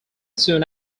soon